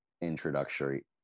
introductory